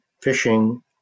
fishing